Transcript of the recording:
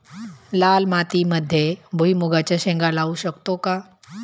लाल मातीमध्ये भुईमुगाच्या शेंगा लावू शकतो का?